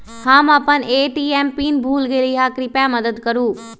हम अपन ATM pin भूल गेली ह, कृपया मदत करू